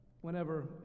Whenever